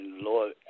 Lord